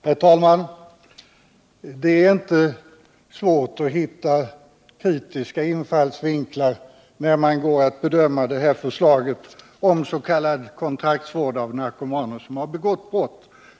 Herr talman! Det är inte svårt att hitta kritiska infallsvinklar när man går att bedöma detta förslag om s.k. kontraktsvård av narkomaner som begått brott.